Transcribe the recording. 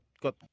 got